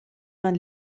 man